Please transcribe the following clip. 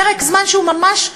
פרק זמן שהוא ממש,